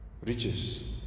riches